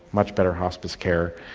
much better hospice care,